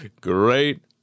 Great